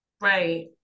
Right